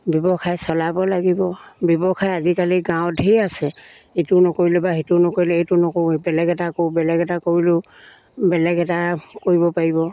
ব্যৱসায় চলাব লাগিব ব্যৱসায় আজিকালি গাঁৱত ধেৰ আছে ইটো নকৰিলে বা সিটো নকৰিলে এইটো নকৰোঁ বেলেগ এটা কৰোঁ বেলেগ এটা কৰিলেও বেলেগ এটা কৰিব পাৰিব